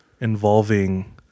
involving